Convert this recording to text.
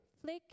flick